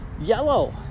Yellow